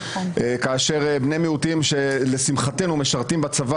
כאשר בני מיעוטים שלשמחתנו משרתים בצבא,